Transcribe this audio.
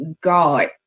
God